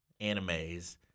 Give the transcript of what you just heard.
animes